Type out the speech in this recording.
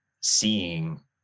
seeing